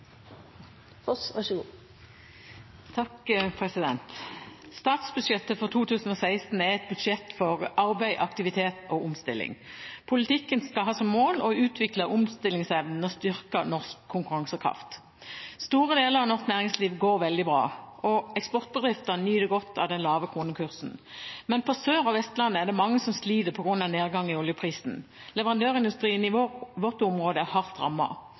et budsjett for arbeid, aktivitet og omstilling. Politikken skal ha som mål å utvikle omstillingsevnen og styrke norsk konkurransekraft. Store deler av norsk næringsliv går veldig bra, og eksportbedriftene nyter godt av den lave kronekursen. Men på Sør- og Vestlandet er det mange som sliter på grunn av nedgangen i oljeprisen. Leverandørindustrien i vårt område er hardt